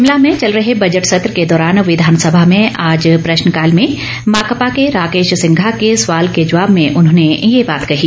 शिमला में चल रहे बजट सत्र के दौरान विधानसभा में आज प्रश्नकाल में माकपा के राकेश सिंघा के सवाल के जवाब में उन्होंने ये बात कही